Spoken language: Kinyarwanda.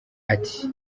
ati